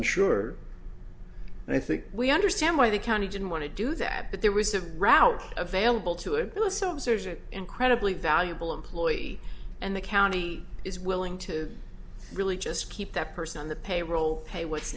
insured and i think we understand why the county didn't want to do that but there was a route available to it but also serves it incredibly valuable employee and the county is willing to really just keep that person on the payroll pay what's